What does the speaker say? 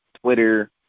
Twitter